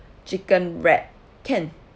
chicken wrap can